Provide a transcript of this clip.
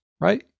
right